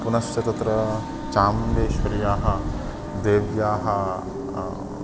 पुनश्च तत्र चामुण्डेश्वर्याः देव्याः